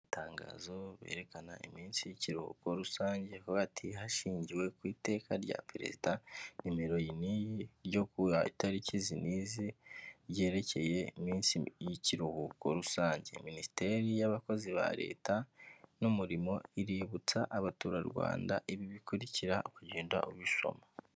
Itangazo berekana iminsi y'ikiruhuko rusange, Bakavuga, ati hashingiwe ku iteka rya perezida nimero iyi n'iyi, ryo ku itariki izi n'ize ryerekeye y'ikiruhuko rusange. Minisiteri y'abakozi ba leta n'umurimo, iributsa abaturarwanda ibi bikurikira, ukagenda ubishoroma.